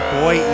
boy